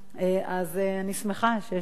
אז אני שמחה שיש להם את הזמן,